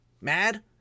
mad